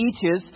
teaches